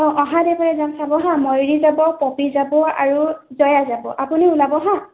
অঁ অহা দেওবাৰে যাম চাব হা ময়ূৰী যাব পপী যাব আৰু জয়া যাব আপুনি ওলাব হা